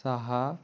सहा